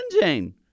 Jane